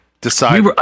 decide